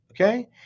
Okay